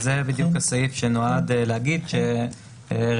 זה בדיוק הסעיף שנועד להגיד שצריך לבחון